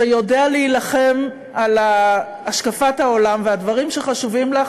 שיודע להילחם על השקפת העולם והדברים שחשובים לו,